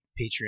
Patreon